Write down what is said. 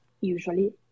usually